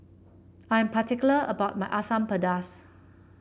I am particular about my Asam Pedas